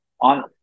On